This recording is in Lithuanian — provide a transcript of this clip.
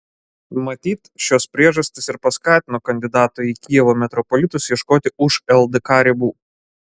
matyt šios priežastys ir paskatino kandidato į kijevo metropolitus ieškoti už ldk ribų